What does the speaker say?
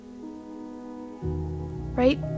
right